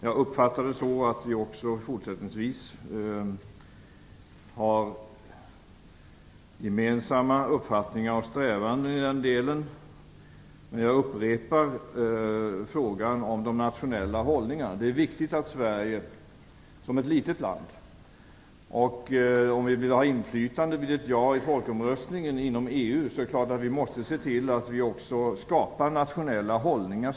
Jag uppfattar det så, att vi också fortsättningsvis har gemensamma strävanden i den delen, men jag upprepar frågan om de nationella hållningarna. Sverige är ett litet land. Om vi vill ha inflytande inom EU vid ett ja i folkomröstningen måste vi se till att vi skapar nationella hållningar.